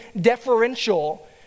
deferential